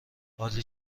عالی